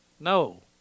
No